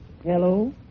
Hello